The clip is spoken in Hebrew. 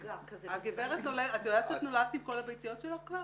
את יודעת שאת נולדת עם כל הביציות שלך כבר?